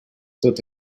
tot